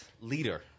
leader